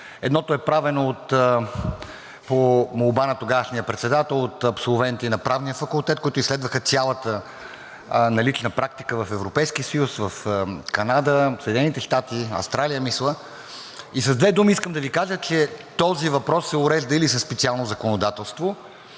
Едното е правено по молба на тогавашния председател от абсолвенти на Правния факултет, които изследваха цялата налична практика в Европейския съюз, в Канада, Съединените щати, Австралия, мисля. С две думи, искам да Ви кажа, че този въпрос се урежда или със специално законодателство,